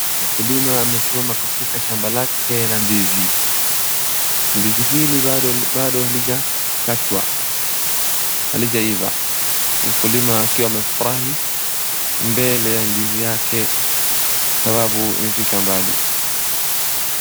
Mkulima amesimama katika shamba lake la ndizi. Ndizi hili bado bado halijakatwa halijaiva mkulima akiwa amefurahi mbele ya ndizi yake sababu imefika mbali.